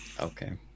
Okay